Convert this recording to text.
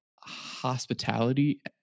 hospitality